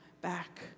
back